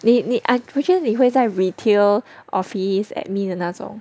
你你 I 我觉得你会在 retail office admin 的那种